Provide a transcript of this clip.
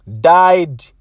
died